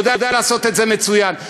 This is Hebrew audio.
הוא יודע לעשות את זה מצוין,